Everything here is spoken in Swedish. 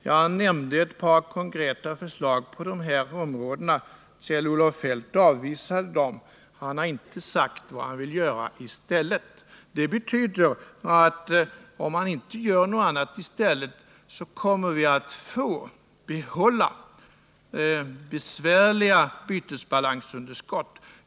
Jag nämnde ett par konkreta förslag på de här områdena. Kjell-Olof Feldt avvisade dem. Han har inte sagt vad han vill göra i stället. Det betyder att om man inte gör något annat i stället kommer vi att få behålla besvärliga bytesbalansunderskott.